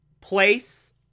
place